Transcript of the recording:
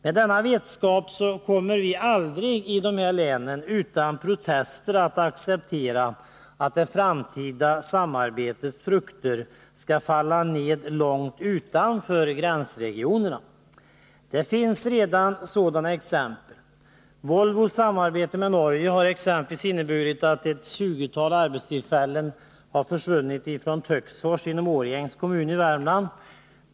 Mot bakgrund härav kommer vi i gränslänen aldrig utan protester att acceptera att det framtida samarbetets frukter skall falla ned långt utanför gränsregionerna. Det finns redan sådana exempel. Volvos samarbete med Norge har exempelvis inneburit att ett tjugotal arbetstillfällen försvunnit från Töcksfors i Årjängs kommun i Värmland.